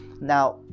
now